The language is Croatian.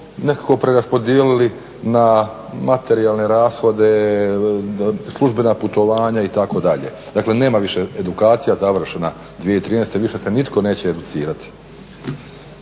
nekako preraspodijelili na materijalne rashode, službena putovanja, itd. Dakle nema više, edukacija je završena 2013., više se nitko neće educirati.